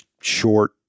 short